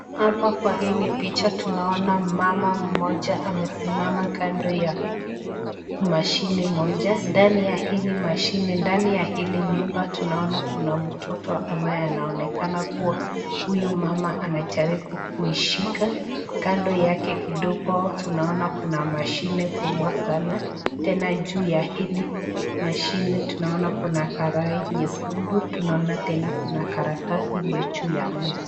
Hapa kwa hili picha tunaona mama mmoja amesimama kando ya mashini moja. Ndani ya hili mashini ndani ya hili nyumba tunaona kuna mtoto ambae anaonekana kuwa huyu mama anajaribu kuishika, kando yake kidogo tunaona kuna mashini kubwa sana tena juu ya hili mashini tunaona kuna karai nyekundu tunaona tena kuna karatasi iliyo juu ya meza.